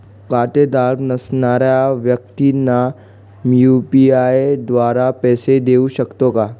खातेधारक नसणाऱ्या व्यक्तींना मी यू.पी.आय द्वारे पैसे देऊ शकतो का?